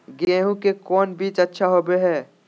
गेंहू के कौन बीज अच्छा होबो हाय?